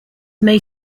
may